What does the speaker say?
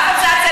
ואף הצעה,